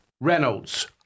Reynolds